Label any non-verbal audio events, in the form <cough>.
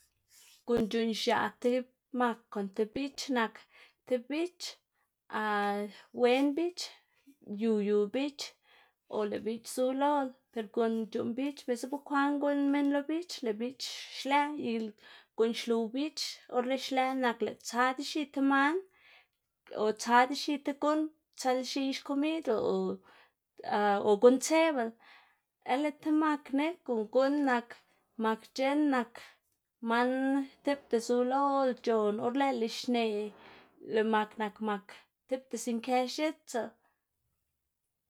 Guꞌn c̲h̲uꞌnn x̱aꞌ tib mak kon tib biꞌch nak, tib biꞌch <hesitation> wen biꞌch yu yu biꞌch o lëꞌ biꞌch zu loꞌlá, per guꞌn c̲h̲uꞌnn biꞌch biꞌltsa bekwaꞌn guꞌnn minn lo biꞌch lëꞌ biꞌch xlëꞌ i guꞌn xluw biꞌch or lëꞌ xlëꞌ nak lëꞌ tsa dzexi tib man, o tsa dzexi ti guꞌn tsiꞌlx̱iꞌx xkomiꞌdlá <hesitation> o a guꞌntseꞌblá, ñale tib mak ne, guꞌn guꞌnn nak mak c̲h̲eꞌn nak man tipta zu loꞌlá, c̲h̲on or lëꞌlá xneꞌ, lëꞌ mak nak mak tipta zinkë x̱itslá.